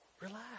relax